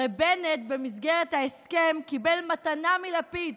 הרי במסגרת ההסכם בנט קיבל מתנה מלפיד.